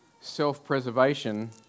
self-preservation